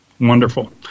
Wonderful